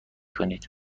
کنید